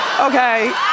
Okay